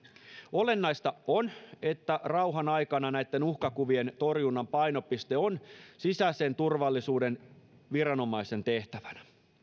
olennaista on että rauhan aikana näitten uhkakuvien torjunnan painopiste on sisäisen turvallisuuden viranomaisen tehtävänä